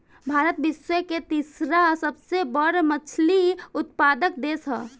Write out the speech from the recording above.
भारत विश्व के तीसरा सबसे बड़ मछली उत्पादक देश ह